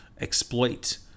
exploit